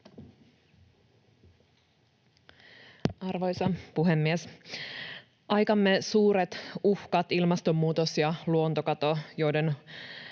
Arvoisa puhemies! Aikamme suuret uhkat, ilmastonmuutos ja luontokato, ovat